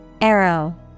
Arrow